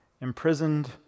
imprisoned